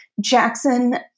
Jackson